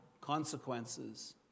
consequences